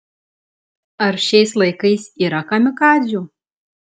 ar šiais laikais yra kamikadzių